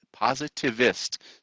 positivist